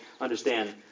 understand